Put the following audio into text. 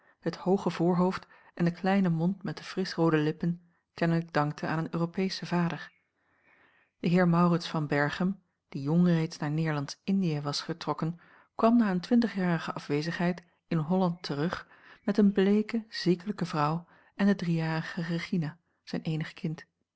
het hooge voorhoofd en den kleinen mond met de frisch roode lippen kennelijk dankte aan een europeeschen vader de heer maurits van berchem die jong reeds naar neerlandsch indië was vertrokken kwam na een twintigjarige afwezigheid in holland terug met eene bleeke ziekelijke vrouw en de driejarige regina zijn eenig kind